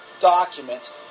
document